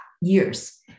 years